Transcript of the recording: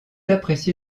apprécié